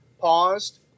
paused